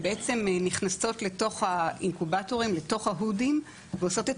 שנכנסות לתוך האינקובטורים לתוך --- ועושות את